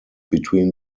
between